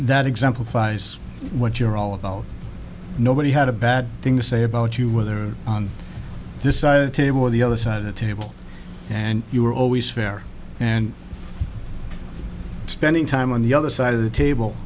that exemplifies what you're all about nobody had a bad thing to say about you whether on this side table or the other side of the table and you were always fair and spending time on the other side of the table